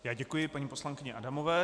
Já děkuji paní poslankyni Adamové.